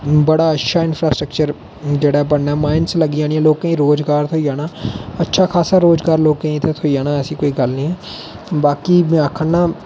बडा अच्छा इनंफ्रास्ट्राकचर जेहडा बनना ऐ माइनस च लग्गी जाना लोकें गी रोजगार थहोई जाना अच्छा खासा रोजगार लोकें गी इत्थै थ्होई जाना ऐसी कोई गल्ल नेईं ऐ बाकी में आखना